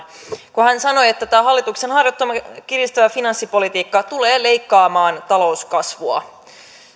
kun hän sanoi että tämä hallituksen harjoittama kiristävä finanssipolitiikka tulee leikkaamaan talouskasvua